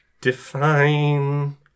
Define